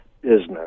business